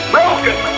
Broken